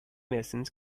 machines